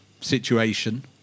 situation